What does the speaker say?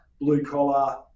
blue-collar